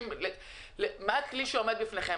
מה הכלי שעומד ברשותכם?